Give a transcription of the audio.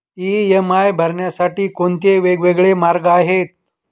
EMI भरण्यासाठी कोणते वेगवेगळे मार्ग आहेत?